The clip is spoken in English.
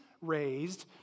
raised